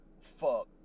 fuck